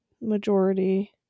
majority